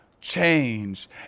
change